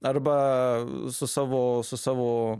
arba su savo su savo